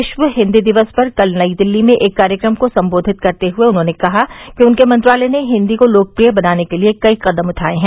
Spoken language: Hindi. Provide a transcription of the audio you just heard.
विश्व हिन्दी दिवस पर कल नई दिल्ली में एक कार्यक्रम को सम्बोधित करते हुए उन्होंने कहा कि उनके मंत्रालय ने हिन्दी को लोकप्रिय बनाने के लिए कई कदम उठाये हैं